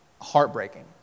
heartbreaking